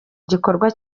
gikorwa